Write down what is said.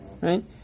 Right